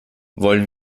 wollen